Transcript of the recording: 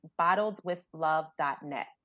BottledWithLove.net